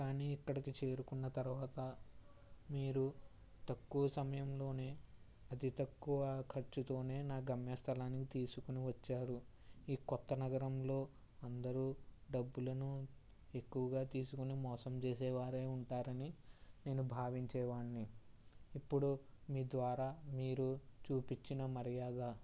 కానీ ఇక్కడికి చేరుకున్న తరవాత మీరు తక్కువ సమయంలోనే అతితక్కువ ఖర్చుతోనే నా గమ్య స్థలానికి తీసుకొని వచ్చారు ఈ కొత్త నగరంలో అందరు డబ్బులను ఎక్కువగా తీసుకొని మోసం చేసేవారే ఉంటారని నేను భావించేవాణ్ణి ఇప్పుడు మీ ద్వారా మీరు చూపిచ్చిన మర్యాద